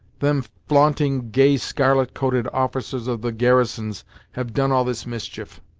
them flaunting, gay, scarlet-coated officers of the garrisons have done all this mischief!